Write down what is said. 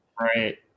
Right